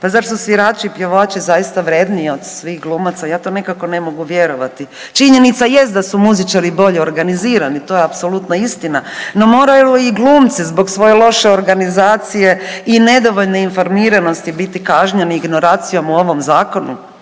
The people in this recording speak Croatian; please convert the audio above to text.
Pa zar su svirači, pjevači zaista svi vrjedniji od glumaca? Ja to nikako ne mogu vjerovati. Činjenica jest da su muzičari bolje organizirani, to je apsolutna istina, no moraju li i glumci zbog svoje loše organizacije i nedovoljne informiranosti biti kažnjeni ignorancijom u ovom zakonu?